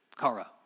kara